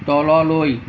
তললৈ